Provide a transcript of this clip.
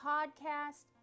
Podcast